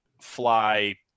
fly